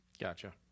Gotcha